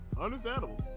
Understandable